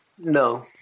No